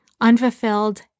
unfulfilled